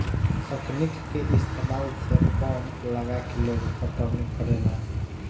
तकनीक के इस्तमाल से पंप लगा के लोग पटौनी करेला